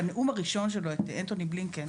בנאום הראשון שלו את אנטוני בלינקן